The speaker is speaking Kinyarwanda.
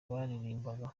baririmbaga